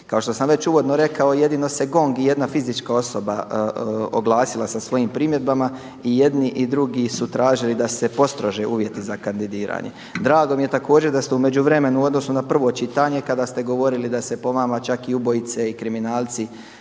Kao što sam već uvodno rekao jedino se GONG i jedna fizička osoba oglasila sa svojim primjedbama i jedni i drugi su tražili da se postrože uvjeti za kandidiranje. Drago mi je također da ste u međuvremenu u odnosu na prvo čitanje kada ste govorili da se po vama čak i ubojice i kriminalci,